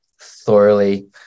thoroughly